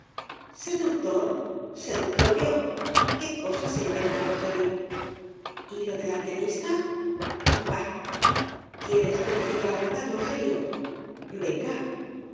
seductor seductor yo qué cosas se inventan rogelio y lo de la pianista bah quieres que te diga la verdad rogelio venga